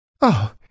Oh